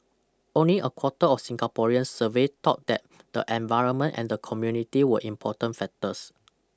only a quarter of Singaporeans surveyed thought that the environment and the community were important factors